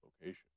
Location